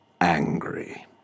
Angry